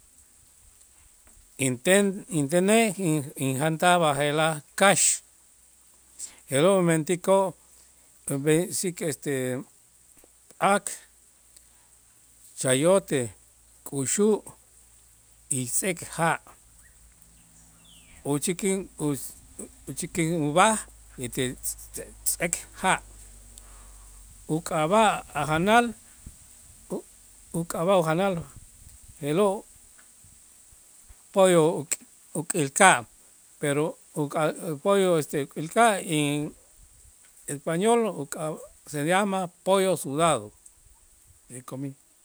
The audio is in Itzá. Inten intenej in- injantaj b'aje'laj kax je'lo' umentikoo' ub'ensik este ak', chayote, k'uxu' y sek ja' uchikin us uchikin ub'aj etel tz'eek ja' uk'ab'a' a' janal u- uk'ab'a' ujanal je'lo' pollo uk'ilka' pero uka' pollo este k'ilka' y español uka' se llama pollo sudado.